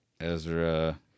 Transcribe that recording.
Ezra